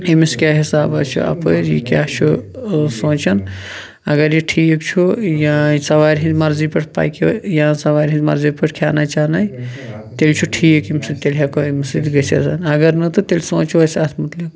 أمس کیٛاہ حِسابہَ چھُ اپٲرۍ یہِ کیاہ چھُ سونٛچان اَگَر یہِ ٹھیک چھُ سَوارِ ہِنٛزِ مَرضی پٮ۪ٹھ پَکہِ یہِ یا سَوارِ ہِنٛزِ مَرضی پٮ۪ٹھ کھیانایہِ چانایہِ تیٚلہِ چھُ ٹھیک تیٚلہِ ہیٚکو أمِس سۭتۍ گٔژھِتھ اَگَر نہٕ تہٕ تیٚلہِ سونٛچو أسۍ اَتھ مُتعلِق